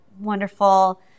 wonderful